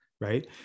right